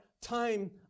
time